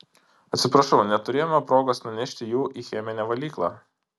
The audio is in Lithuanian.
atsiprašau neturėjome progos nunešti jų į cheminę valyklą